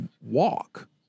walk